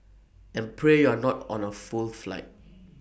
and pray you're not on A full flight